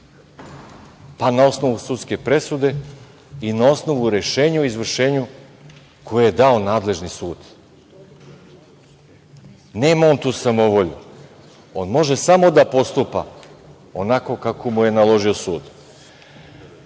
Pa na osnovu sudske presude i na osnovu rešenja o izvršenju koje je dao nadležni sud. Nema on tu samovolju, on može samo da postupa onako kako mu je naložio